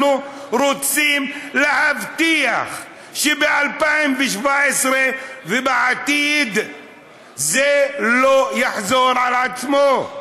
אנחנו רוצים להבטיח שב-2017 ובעתיד זה לא יחזור על עצמו.